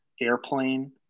airplane